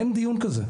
אין דיון כזה.